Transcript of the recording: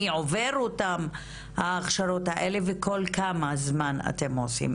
מי עובר אותם את ההכשרות האלה וכל כמה זמן אתם עושים,